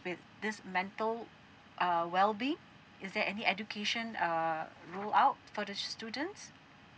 with this mental uh well being is there any education uh roll out for the students